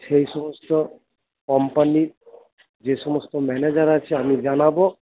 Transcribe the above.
সেই সমস্ত কোম্পানির যে সমস্ত ম্যানেজার আছে আমি জানাব